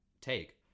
take